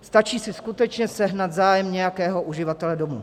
Stačí si skutečně sehnat zájem nějakého uživatele domu.